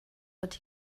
but